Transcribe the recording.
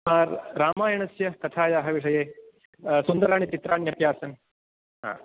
रामायणस्य कथायाः विषये सुन्दराणि चित्राण्यपि आसन् हा